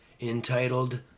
entitled